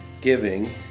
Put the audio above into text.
giving